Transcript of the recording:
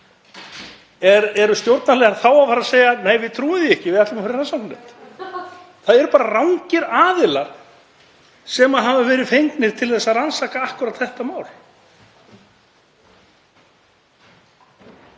Eru stjórnarliðar þá að fara að segja: Nei, ég trúi því ekki, við ætlum að fara í rannsóknarnefnd? Það eru bara rangir aðilar sem hafa verið fengnir til að rannsaka akkúrat þetta mál.